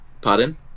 Pardon